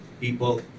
people